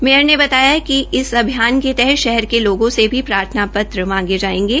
mayor ने बताया कि इस अभियान के तहत शहर के लोगों से भी प्रार्थना पत्र मांगे जाएंगे